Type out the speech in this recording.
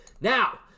now